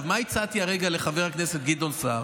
מה הצעתי הרגע לחבר הכנסת גדעון סער?